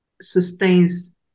sustains